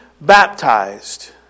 Baptized